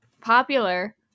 popular